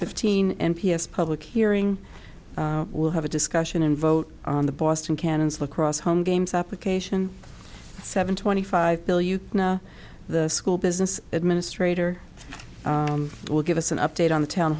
fifteen m p s public hearing will have a discussion and vote on the boston cannons lacrosse home games application seven twenty five bill you know the school business administrator will give us an update on the town